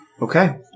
Okay